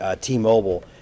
T-Mobile